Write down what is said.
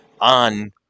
on